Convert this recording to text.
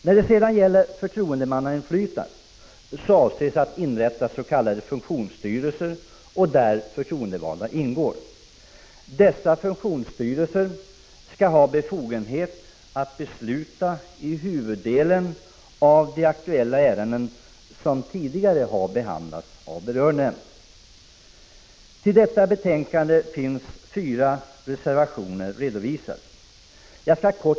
När det sedan gäller förtroendemannainflytandet avses att inrättas s.k. funktionsstyrelser där förtroendevalda ingår. Dessa funktionsstyrelser skall ha befogenhet att besluta i huvuddelen av de aktuella ärenden som tidigare = Prot. 1985/86:49 har behandlats av berörd nämnd. 11 december 1985 Till detta betänkande finns fyra reservationer redovisade. Jag skall kort.